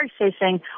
processing